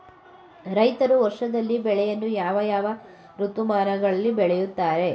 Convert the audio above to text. ರೈತರು ವರ್ಷದಲ್ಲಿ ಬೆಳೆಯನ್ನು ಯಾವ ಯಾವ ಋತುಮಾನಗಳಲ್ಲಿ ಬೆಳೆಯುತ್ತಾರೆ?